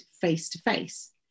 face-to-face